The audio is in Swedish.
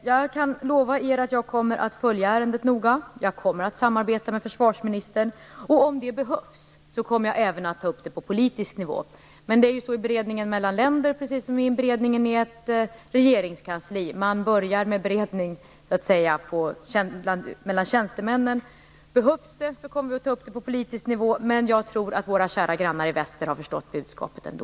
Jag kan lova er att jag kommer att följa ärendet noga. Jag kommer att samarbeta med försvarsministern. Om det behövs kommer jag även att ta upp det på politisk nivå. Men i beredningen mellan länder - precis som i beredningen med ett regeringskansli - börjar man med en beredning mellan tjänstemännen. Om det behövs kommer vi, som sagt, att ta upp detta på politisk nivå. Men jag tror att våra kära grannar i väster har förstått budskapet ändå.